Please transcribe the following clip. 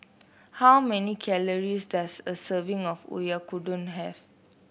how many calories does a serving of Oyakodon have